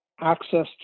access